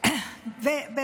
יהיה שר בישראל.